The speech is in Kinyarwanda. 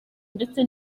ndetse